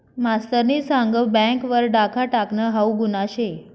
मास्तरनी सांग बँक वर डाखा टाकनं हाऊ गुन्हा शे